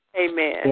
Amen